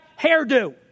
hairdo